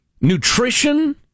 nutrition